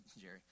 Jerry